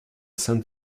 sainte